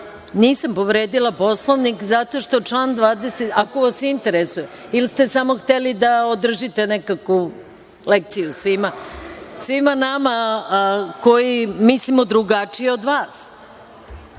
povredila Poslovnik, zato što član 27, ako vas interesuje, ili ste samo hteli da održite nekakvu lekciju svima nama koji mislimo drugačije od vas?